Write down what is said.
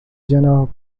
جناب